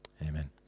Amen